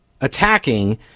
attacking